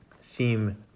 seem